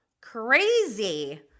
crazy